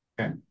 Okay